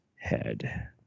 head